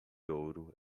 ouro